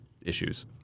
issues